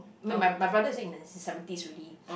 my my brother was in the seventies already